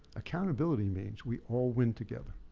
accountability means we all win together.